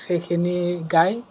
সেইখিনি গাই